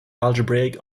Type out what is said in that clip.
algebraic